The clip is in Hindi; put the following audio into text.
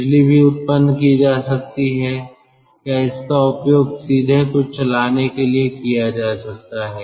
बिजली भी उत्पन्न की जा सकती है या इसका उपयोग सीधे कुछ चलाने के लिए किया जा सकता है